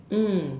mm